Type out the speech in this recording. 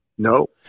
No